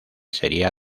sería